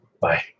Bye